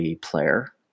player